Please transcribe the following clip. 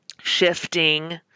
shifting